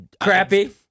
crappy